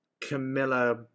camilla